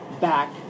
back